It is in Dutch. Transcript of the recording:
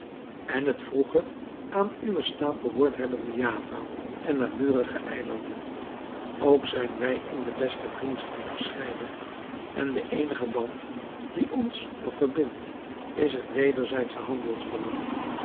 en het vroeger aan uwen staat behoord hebbende java en naburige eilanden ook zijn wij in de beste vriendschap gescheiden en de eenige band die ons nog verbindt is het wederzijdsche handelsbelang